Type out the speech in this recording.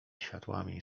światłami